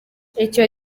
icyo